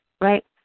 right